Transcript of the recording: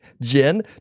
Jen